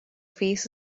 face